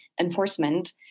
enforcement